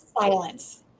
silence